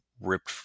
ripped